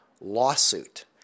lawsuit